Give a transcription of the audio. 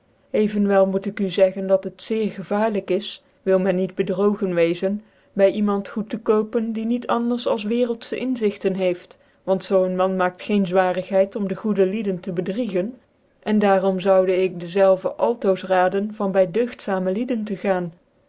evenwel moet ik u zeggen dat het zeer gevaarlijk is wil men niet bedrogen wezen bv iemand goed tc kopen die niet anders als wereldse inzigten heeft want een man mankt geen rwarighcid om de goede lieden te bedriegen cn daarom zonde ik dezelve ahoos raden van by dcugtzamc heden tc gaan